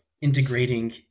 integrating